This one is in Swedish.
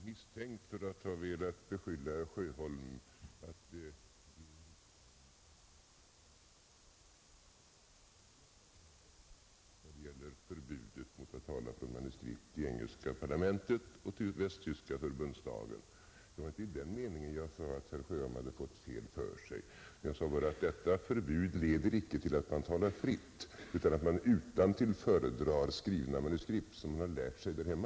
Herr talman! Jag vill inte bli misstänkt för att ha beskyllt herr Sjöholm för att ge riksdagen falska upplysningar. Jag vet att herr Sjöholm har rätt när det gäller förbudet i engelska parlamentet och i västtyska förbundsdagen. Där får man inte tala efter manuskript. Det var inte på det sättet jag menade att herr Sjöholm hade fått fel för sig. Jag sade bara att ett förbud icke leder till att man kommer att tala fritt, utan det kanske blir så att man utantill föredrar skrivna manuskript som man har lärt sig därhemma.